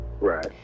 Right